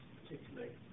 particularly